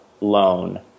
loan